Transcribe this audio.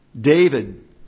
David